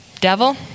devil